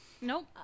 Nope